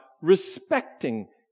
respecting